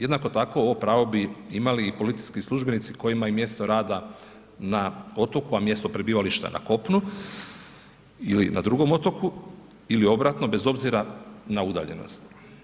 Jednako tako ovo pravo bi imali i policijski službenici kojima je mjesto rada na otoku, a mjesto prebivališta na kopnu ili na drugom otoku ili obratno bez obzira na udaljenost.